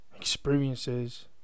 Experiences